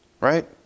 Right